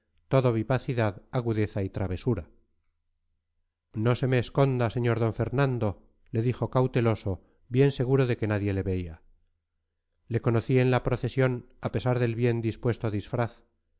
ser todo vivacidad agudeza y travesura no se me esconda sr d fernando le dijo cauteloso bien seguro de que nadie le veía le conocí en la procesión a pesar del bien dispuesto disfraz